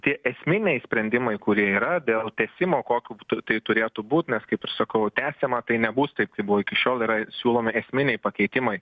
tie esminiai sprendimai kurie yra dėl tęsimo kokiu būdu tai turėtų būt nes kaip ir sakau tęsiama tai nebus taip kaip buvo iki šiol yra siūlomi esminiai pakeitimai